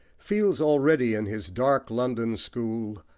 feels already, in his dark london school,